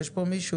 יש פה מישהו?